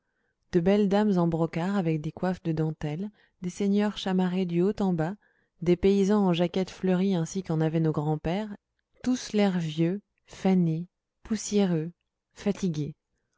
de belles dames en brocart avec des coiffes de dentelle des seigneurs chamarrés du haut en bas des paysans en jaquettes fleuries ainsi qu'en avaient nos grands-pères tous l'air vieux fané poussiéreux fatigué